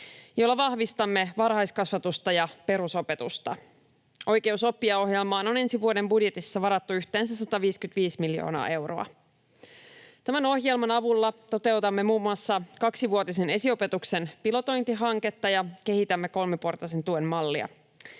jolla vahvistamme varhaiskasvatusta ja perusopetusta. Oikeus oppia ‑ohjelmaan on ensi vuoden budjetissa varattu yhteensä 155 miljoonaa euroa. Tämän ohjelman avulla toteutamme muun muassa kaksivuotisen esiopetuksen pilotointihanketta ja kehitämme kolmiportaisen tuen mallia.